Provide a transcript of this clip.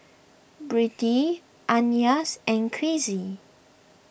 Brittnee Ananias and Kizzy